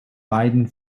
beiden